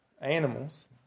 animals